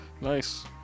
Nice